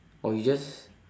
or you just